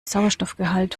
sauerstoffgehalt